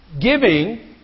Giving